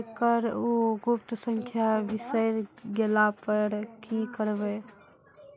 एकरऽ गुप्त संख्या बिसैर गेला पर की करवै?